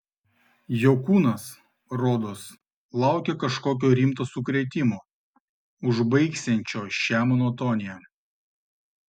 jo kūnas rodos laukė kažkokio rimto sukrėtimo užbaigsiančio šią monotoniją